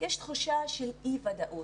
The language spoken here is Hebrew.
יש תחושה של אי ודאות,